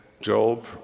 Job